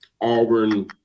Auburn